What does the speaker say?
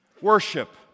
worship